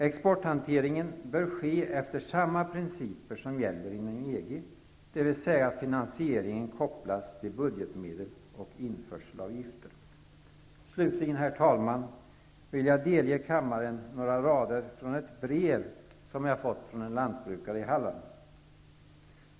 Exporthanteringen bör ske enligt de principer som gäller inom EG -- dvs. att finansieringen kopplas till budgetmedel och införselavgifter. Slutligen, herr talman, vill jag delge kammaren några rader i ett brev som jag har fått från en lantbrukare i Halland.